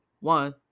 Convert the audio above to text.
one